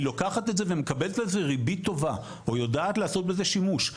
לוקחת את זה ומקבלת על זה ריבית טובה או היא יודעת לעשות בזה שימוש,